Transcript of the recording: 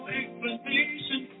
explanation